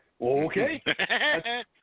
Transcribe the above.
Okay